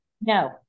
No